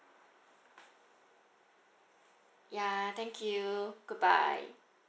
ya thank you good bye